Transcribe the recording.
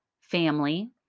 family